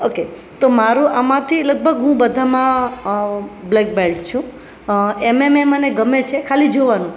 okay તો મારું આમાંથી લગભગ હું બધામાં બ્લેક બેલ્ટ છું એમએમએમ મને ગમે છે ખાલી જોવાનું